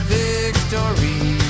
victory